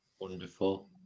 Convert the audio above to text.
Wonderful